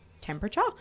temperature